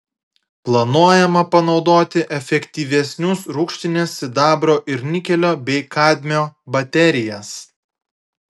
planuojama panaudoti efektyvesnius rūgštinės sidabro ir nikelio bei kadmio baterijas